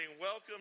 Welcome